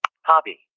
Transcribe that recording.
Hobby